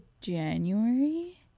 january